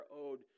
owed